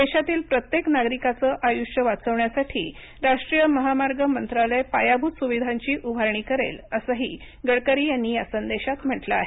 देशातील प्रत्येक नागरिकाचं आयुष्य वाचवण्यासाठी राष्ट्रीय माहामार्ग मंत्रालय पायाभूत सुविधांची उभारणी करेल असंही गडकरी यांनी संदेशांत म्हटलं आहे